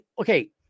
Okay